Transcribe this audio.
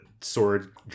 sword